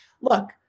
look